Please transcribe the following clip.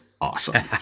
awesome